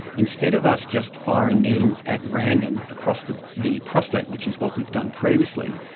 instead of us just firing needles at random across the the prostate, which is what we've done previously,